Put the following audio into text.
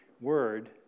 Word